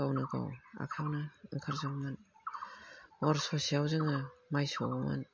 नंगौ हर ससेयाव जोङो माइ सौओमोन